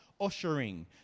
ushering